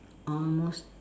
almost